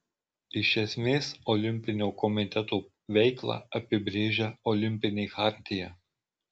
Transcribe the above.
iš esmės olimpinio komiteto veiklą apibrėžia olimpinė chartija